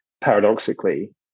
paradoxically